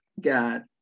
God